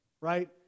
right